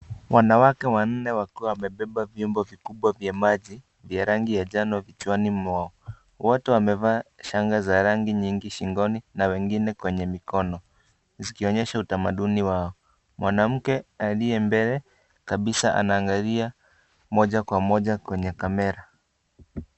Wanawake wanne wakiwa wamebeba vyombo vikubwa vya maji vya rangi ya njano kichwani mwao. Wote wamevaa shanga za rangi nyingi shingoni na wengine kwenye mikono zikionyesha utamaduni wao. Mwanamke aliye mbele kabisa anaangalia moja kwa moja kwenye kamera.